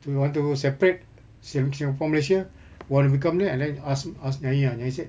to want to separate sing~ singapore malaysia want to become there and then ask ask nyai ah nyai said